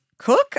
cook